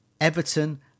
Everton